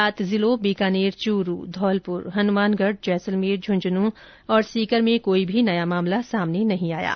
सात जिलों बीकानेर चूरू धौलपुर हनुमानगढ़ जैसलमेर झुंझुनूं और सीकर में कोई भी नया मामला सामने नहीं आया है